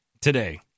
today